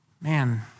man